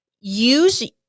use